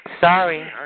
Sorry